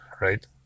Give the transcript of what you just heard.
right